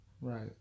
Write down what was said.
Right